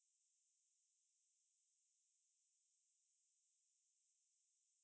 orh the crescent yeah the crescent is night mode so depending on your phone right